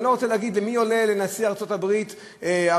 אני לא רוצה להגיד מי עולה לקבר נשיא ארצות-הברית הראשון,